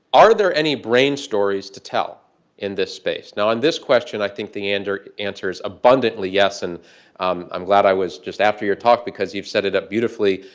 are there any brain stories to tell in this space? now on this question, i think the and answer's abundantly yes. and i'm glad i was just after your talk because you've set it up beautifully.